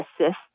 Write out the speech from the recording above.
Assist